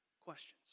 questions